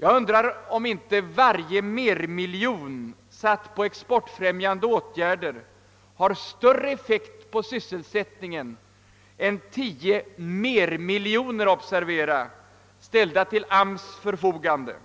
Jag undrar om inte varje mermiljon, satsad på exportfrämjande åtgärder, har större effekt på sysselsättningen än tio mermiljoner ställda till AMS:s förfogande.